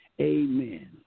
Amen